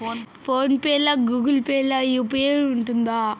Phone pay లా Google Pay లా UPI ఉంటదా?